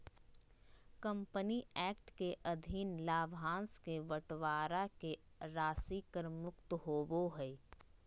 company act के अधीन लाभांश के बंटवारा के राशि कर मुक्त होबो हइ